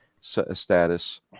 status